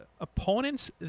opponents